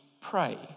pray